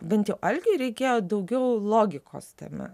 bent jau algiui reikėjo daugiau logikos tame